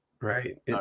Right